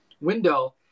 window